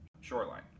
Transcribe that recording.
shoreline